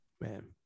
man